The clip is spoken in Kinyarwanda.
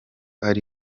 ari